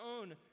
own